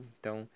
Então